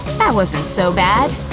that wasn't so bad.